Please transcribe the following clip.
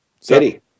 City